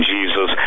Jesus